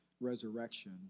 resurrection